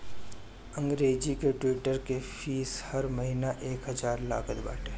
अंग्रेजी के ट्विटर के फ़ीस हर महिना एक हजार लागत बाटे